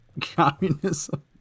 communism